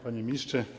Panie Ministrze!